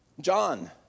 John